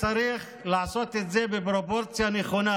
צריך לעשות את זה בפרופורציה הנכונה.